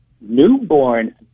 newborn